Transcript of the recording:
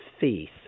faith